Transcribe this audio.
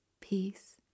peace